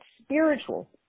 spiritual